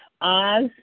Oz